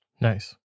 Nice